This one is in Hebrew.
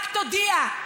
רק תודיע.